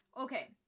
Okay